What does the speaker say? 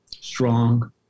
strong